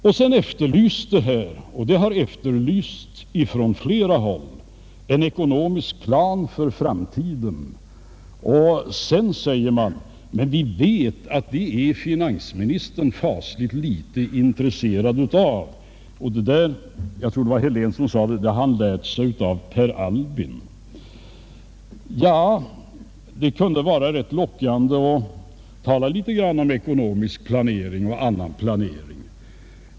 Här har från flera håll efterlysts en ekonomisk plan för framtiden, men samtidigt säger man att finansministern är fasligt litet intresserad av detta. Det har herr Helén — jag tror det var han som sade det — lärt sig av Per Albin. Det kunde vara rätt lockande att tala litet ekonomisk och annan planering.